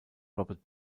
robert